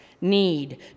need